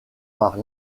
par